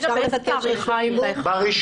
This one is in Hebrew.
תבוא ב-1